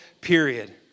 period